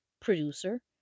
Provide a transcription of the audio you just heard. producer